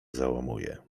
załamuje